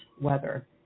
weather